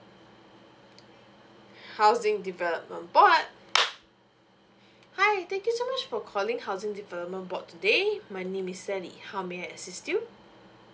housing development board hi thank you so much for calling housing development board today my name is sally how may I assist you